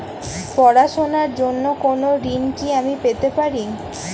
পড়াশোনা র জন্য কোনো ঋণ কি আমি পেতে পারি?